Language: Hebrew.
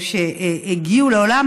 או שהגיעו לעולם,